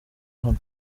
hano